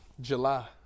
July